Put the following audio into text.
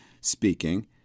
speaking